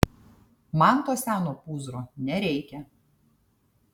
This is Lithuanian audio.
man to seno pūzro nereikia